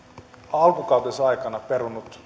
on alkukautensa aikana perunut